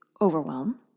overwhelm